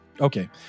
Okay